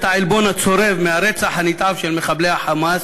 העלבון הצורב מהרצח הנתעב של מחבלי ה"חמאס"